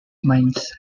minds